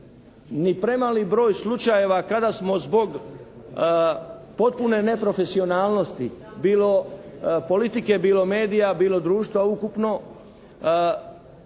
ni premali broj slučajeva kada smo zbog potpune neprofesionalnosti bilo politike, bilo medija, bilo društva ukupno